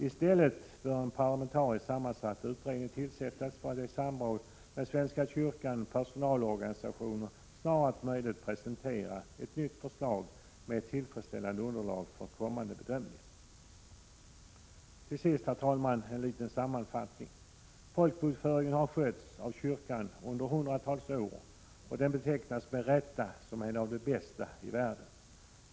I stället bör en parlamentariskt sammansatt utredning tillsättas, för att i samråd med svenska kyrkan och personalorganisationerna snarast möjligt presentera ett nytt förslag med ett tillfredsställande underlag för kommande bedömningar. Till sist, herr talman, en liten sammanfattning. Folkbokföringen har skötts av kyrkan under hundratals år, och den betecknas med rätta som en av de bästa i världen.